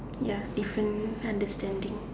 ya different understanding